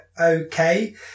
okay